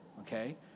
okay